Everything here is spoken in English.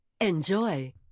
Enjoy